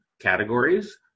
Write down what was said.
categories